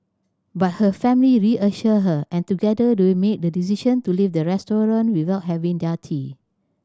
but her family reassured her and together made the decision to leave the restaurant without having their tea